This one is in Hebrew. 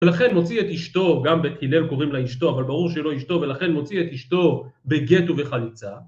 ולכן מוציא את אשתו, גם בית הילל קוראים לה אשתו, אבל ברור שהיא לא אשתו, ולכן מוציא את אשתו בגט ובחליצה.